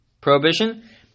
prohibition